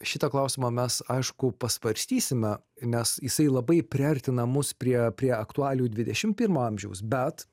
šitą klausimą mes aišku pasvarstysime nes jisai labai priartina mus prie prie aktualijų dvidešim pirmo amžiaus bet